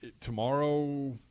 tomorrow